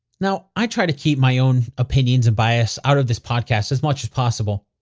now i try to keep my own opinions and bias out of this podcast as much as possible.